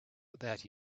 that